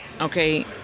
Okay